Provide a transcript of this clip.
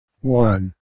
One